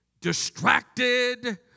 distracted